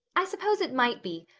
i suppose it might be,